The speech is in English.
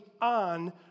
on